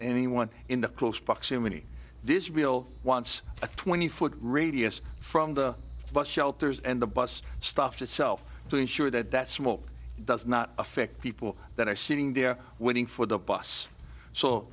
anyone in the close proximity this real wants a twenty foot radius from the bus shelters and the bus stop itself to ensure that that small does not affect people that are sitting there waiting for the bus so